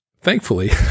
thankfully